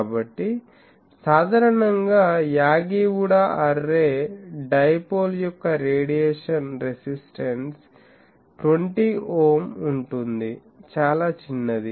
కాబట్టి సాధారణంగా Yagi Uda array dipole యొక్క రేడియేషన్ రెసిస్టెన్స్ 20 ఓం ఉంటుంది చాలా చిన్నది